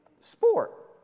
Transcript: sport